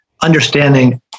understanding